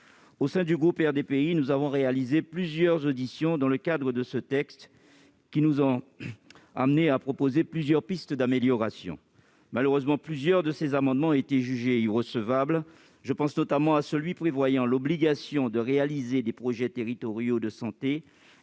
Au sein du groupe RDPI, nous avons réalisé plusieurs auditions qui nous ont amenés à proposer plusieurs pistes d'amélioration. Malheureusement, plusieurs de ces amendements ont été jugés irrecevables. Je pense notamment à celui qui prévoyait l'obligation de réaliser des projets territoriaux de santé,